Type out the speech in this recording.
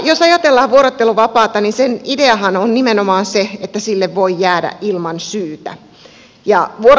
jos ajatellaan vuorotteluvapaata sen ideahan on nimenomaan se että sille voi jäädä ilman syytä